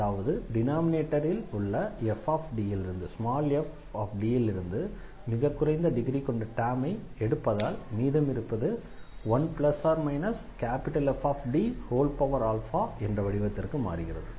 அதாவது டினாமினேட்டரில் உள்ள f ல் இருந்து மிக குறைந்த டிகிரி கொண்ட டெர்மை எடுப்பதால் மீதமிருப்பது 1±FDஎன்ற வடிவத்திற்கு மாறுகிறது